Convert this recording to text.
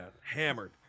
Hammered